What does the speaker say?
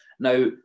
Now